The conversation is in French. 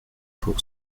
pour